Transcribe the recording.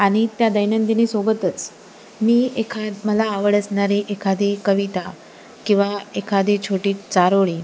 आणि त्या दैनंदिनीसोबतच मी एखा मला आवड असणारे एखादी कविता किंवा एखादी छोटी चारोळी